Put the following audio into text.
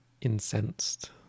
incensed